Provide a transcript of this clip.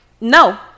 no